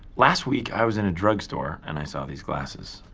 last week, i was in a drug store, and i saw these glasses,